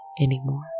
anymore